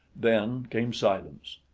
then came silence.